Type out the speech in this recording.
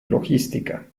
logística